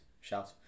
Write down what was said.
shout